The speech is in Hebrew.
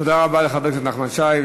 תודה רבה לחבר הכנסת נחמן שי.